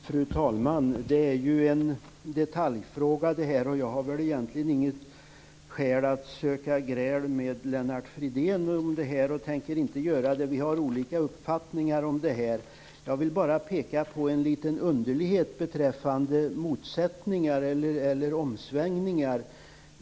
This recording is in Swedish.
Fru talman! Det här är en detaljfråga. Jag har egentligen inget skäl att söka gräl med Lennart Fridén om detta, och jag tänker inte göra det heller. Vi har olika uppfattningar här. Jag vill bara peka på en liten underlighet beträffande motsättningar eller omsvängningar.